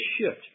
shift